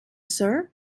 sir